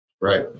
Right